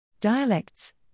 Dialects